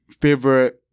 favorite